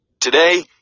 Today